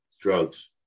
drugs